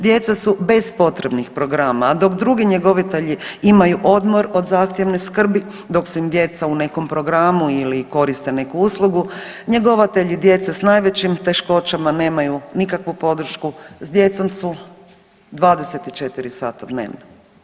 Djeca su bez potrebnih programa, a dok drugi njegovatelji imaju odmor od zahtjevne skrbi dok su im djeca u nekom programu ili koriste neku uslugu, njegovatelji djece s najvećim teškoćama nemaju nikakvu podršku, s djecom su 24 sata dnevno.